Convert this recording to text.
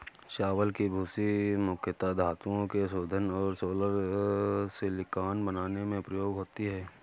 चावल की भूसी मुख्यता धातुओं के शोधन और सोलर सिलिकॉन बनाने में प्रयोग होती है